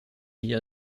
hier